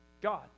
God